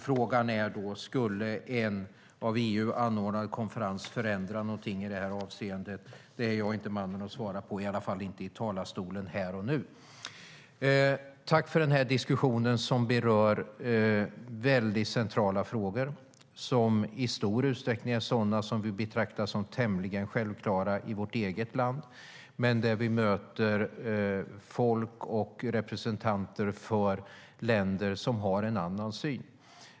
Frågan är då om en av EU anordnad konferens skulle förändra något i det här avseendet. Det är jag inte mannen att svara på, i alla fall inte här och nu i talarstolen. Tack för den här diskussionen, som berör väldigt centrala frågor. De är i stor utsträckning sådana som vi i vårt eget land betraktar som tämligen självklara, men vi möter representanter för folk och länder som har en annan syn.